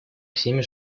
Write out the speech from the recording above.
всеми